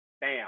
bam